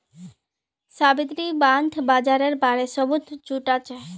Savitri bond बाजारेर बारे सबूत जुटाछेक